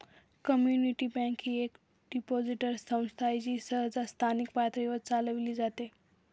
community bank ही एक depository संस्था आहे जी सहसा स्थानिक पातळीवर चालविली जाते